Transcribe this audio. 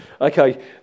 okay